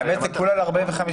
האמת היא כולה ל-45.